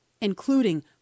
including